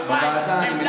האן-דן-דינו,